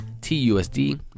TUSD